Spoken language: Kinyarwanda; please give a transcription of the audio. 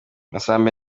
masamba